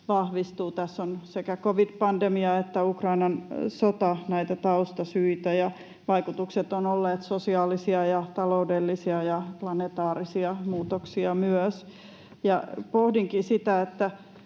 vahvistuu. Tässä ovat sekä covid-pandemia että Ukrainan sota näitä taustasyitä, ja vaikutukset ovat olleet sosiaalisia ja taloudellisia ja myös planetaarisia muutoksia. Pohdinkin sitä,